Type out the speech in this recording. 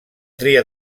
tria